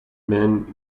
men